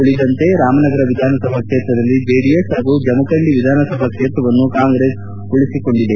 ಉಳಿದಂತೆ ರಾಮನಗರ ವಿಧಾನಸಭಾ ಕ್ಷೇತ್ರದಲ್ಲಿ ಜೆಡಿಎಸ್ ಹಾಗೂ ಜಮುಖಂಡಿ ವಿಧಾನಸಭಾ ಕ್ಷೇತ್ರವನ್ನು ಕಾಂಗ್ರೆಸ್ ಉಳಿಸಿಕೊಂಡಿದೆ